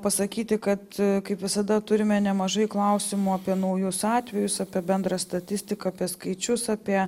pasakyti kad kaip visada turime nemažai klausimų apie naujus atvejus apie bendrą statistiką apie skaičius apie